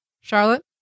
Charlotte